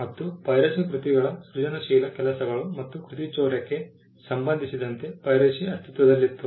ಮತ್ತು ಪೈರಸಿ ಕೃತಿಗಳ ಸೃಜನಶೀಲ ಕೆಲಸಗಳು ಮತ್ತು ಕೃತಿಚೌರ್ಯಕ್ಕೆ ಸಂಬಂಧಿಸಿದಂತೆ ಪೈರಸಿ ಅಸ್ತಿತ್ವದಲ್ಲಿತ್ತು